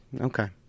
Okay